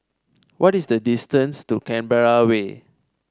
what is the distance to Canberra Way